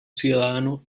ciudadano